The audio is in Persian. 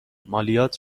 مالیات